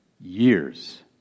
years